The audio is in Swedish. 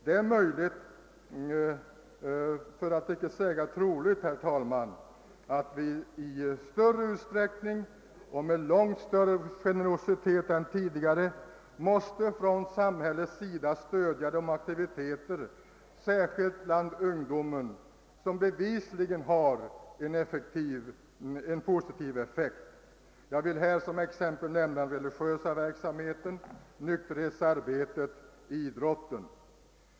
Det är möjligt för att icke säga troligt, herr talman, att vi i långt större utsträckning och med långt större generositet än tidigare från samhällets sida måste stödja de aktiviteter, särskilt bland ungdomen, som bevisligen har en positiv effekt. Jag vill här som exempel nämna den religiösa verksamheten, nykterhetsarbetet och idrotten.